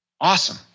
awesome